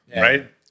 Right